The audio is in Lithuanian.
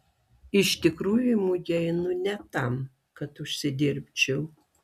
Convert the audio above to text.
iš tikrųjų į mugę einu ne tam kad užsidirbčiau